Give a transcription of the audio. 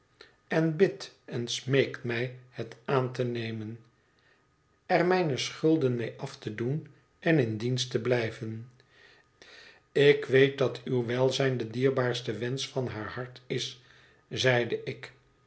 en bidt en smeekt mij het aan te nemen er mijne schulden mee af te doen en in dienst te blijven ik weet dat uw welzijn de dierbaarste wensch van haar hart is zeide ik